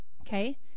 okay